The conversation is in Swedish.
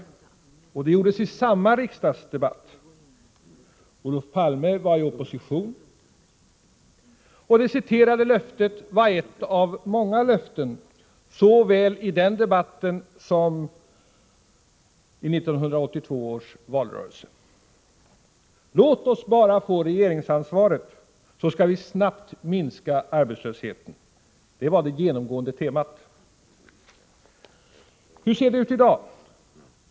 Också det här uttalandet gjordes i den riksdagsdebatt som jag nyss nämnde. Olof Palme var i opposition, och det citerade löftet var ett av många löften såväl i den här debatten som i 1982 års valrörelse. Låt oss bara få regeringsansvaret så skall vi snabbt minska arbetslösheten, var det genomgående temat. Hur ser det ut i dag?